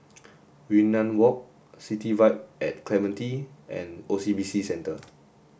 Yunnan Walk City Vibe at Clementi and O C B C Centre